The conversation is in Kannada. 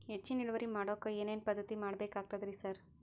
ಹೆಚ್ಚಿನ್ ಇಳುವರಿ ಮಾಡೋಕ್ ಏನ್ ಏನ್ ಪದ್ಧತಿ ಮಾಡಬೇಕಾಗ್ತದ್ರಿ ಸರ್?